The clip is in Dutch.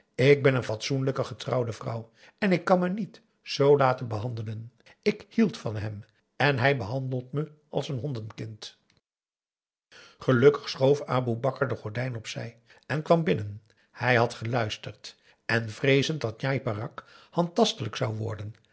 ik ben een fatsoenlijke getrouwde vrouw en ik kan me niet z laten behandelen ik hield van hem en hij behandelt me als een hondenkind gelukkig schoof aboe bakar de gordijn op zij en kwam binnen hij had geluisterd en vreezend dat njai peraq handtastelijk zou worden